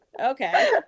okay